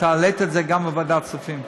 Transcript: אתה העלית את זה גם בוועדת הכספים.